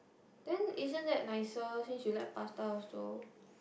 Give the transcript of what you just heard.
then isn't that nicer since you like pasta also